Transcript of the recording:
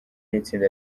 n’itsinda